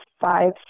five